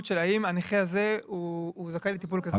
של האם הנכה הזה זכאי לטיפול כזה או כזה.